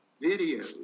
video